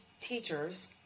teachers